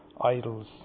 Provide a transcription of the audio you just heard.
idols